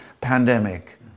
pandemic